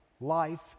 life